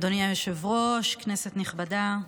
אדוני היושב-ראש, כנסת נכבדה,